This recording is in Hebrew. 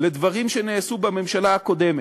לדברים שנעשו בממשלה הקודמת,